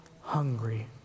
hungry